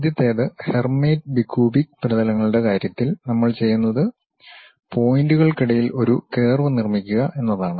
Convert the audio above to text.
ആദ്യത്തേത് Hermite bicubic പ്രതലങ്ങളുടെ കാര്യത്തിൽ നമ്മൾ ചെയ്യുന്നത് പോയിന്റുകൾക്കിടയിൽ ഒരു കർവ് നിർമ്മിക്കുക എന്നതാണ്